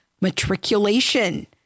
matriculation